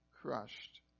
crushed